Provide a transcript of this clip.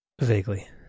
vaguely